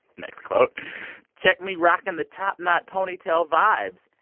next quote check me rocking the top-knot ponytail vibes.